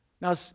Now